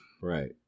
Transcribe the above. right